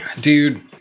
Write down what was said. dude